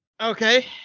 Okay